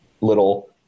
little